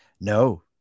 no